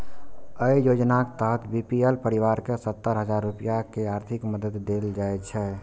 अय योजनाक तहत बी.पी.एल परिवार कें सत्तर हजार रुपैया के आर्थिक मदति देल जाइ छै